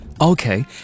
okay